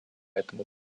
этому